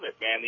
Man